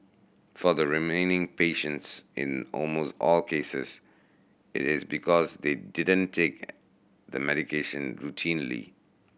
for the remaining patients in almost all cases it is because they didn't take the medication routinely